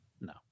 no